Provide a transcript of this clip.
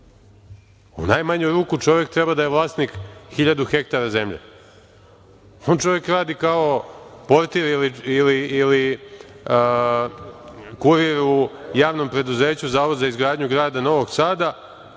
u najmanju ruku čovek treba da je vlasnik hiljadu hektara zemlje. On čovek radi kao portir ili kurir u JP Zavod za izgradnju grada Novog Sada,